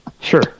Sure